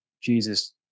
Jesus